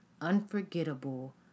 unforgettable